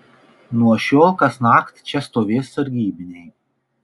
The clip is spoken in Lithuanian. nuo šiol kasnakt čia stovės sargybiniai